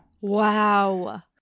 Wow